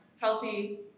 healthy